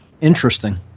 Interesting